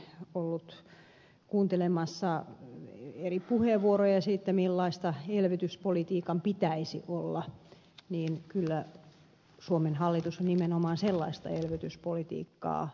kun olen ollut kuuntelemassa eri puheenvuoroja siitä millaista elvytyspolitiikan pitäisi olla niin kyllä suomen hallitus on nimenomaan sellaista elvytyspolitiikkaa noudattanut